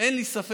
אין לי ספק,